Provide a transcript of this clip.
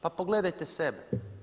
Pa pogledajte sebe.